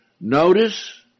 Notice